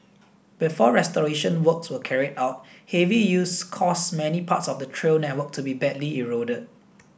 before restoration works were carried out heavy use caused many parts of the trail network to be badly eroded